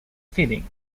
feeding